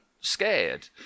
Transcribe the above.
scared